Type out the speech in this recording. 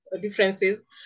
differences